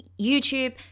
YouTube